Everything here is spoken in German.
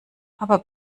aber